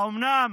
האומנם